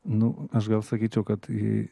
nu aš gal sakyčiau kad jei